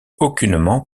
aucunement